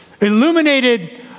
illuminated